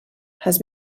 has